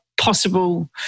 possible